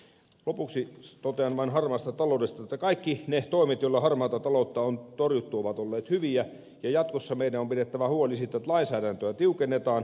lopuksi totean vain harmaasta taloudesta että kaikki ne toimet joilla harmaata taloutta on torjuttu ovat olleet hyviä ja jatkossa meidän on pidettävä huoli siitä että lainsäädäntöä tiukennetaan